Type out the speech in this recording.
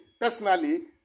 personally